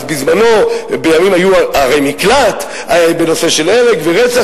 אז בזמנו היו ערי מקלט בנושא של הרג ורצח,